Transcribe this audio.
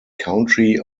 country